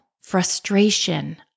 frustration